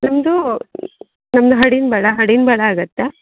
ನಮ್ದು ನಮ್ದು ಹಡಿನ್ಬಳಾ ಹಡಿನ್ಬಳಾ ಆಗುತ್ತೆ